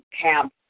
camp